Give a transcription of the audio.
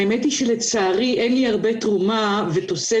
האמת היא שלצערי אין לי הרבה תרומה ותוספת,